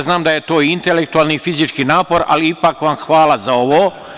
Znam da je to intelektualni i fizički napor, ali ipak vam hvala za ovo.